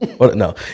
No